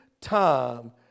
time